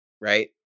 Right